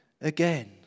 again